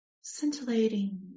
Scintillating